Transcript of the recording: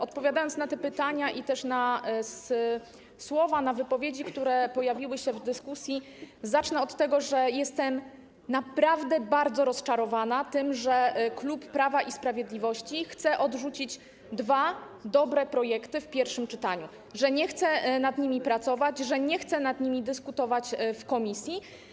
Odpowiadając na te pytania i też na słowa, na wypowiedzi, które pojawiły się w dyskusji, zacznę od tego, że jestem naprawdę bardzo rozczarowana tym, że klub Prawa i Sprawiedliwości chce odrzucić dwa dobre projekty w pierwszym czytaniu że nie chce nad nimi pracować, że nie chce nad nimi dyskutować w komisji.